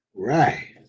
Right